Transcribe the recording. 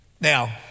Now